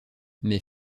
mais